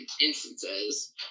instances